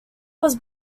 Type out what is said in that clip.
was